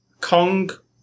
Kong